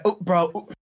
bro